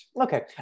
Okay